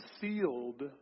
sealed